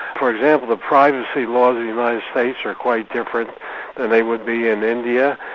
for example, the privacy laws of the united states are quite different than they would be in india.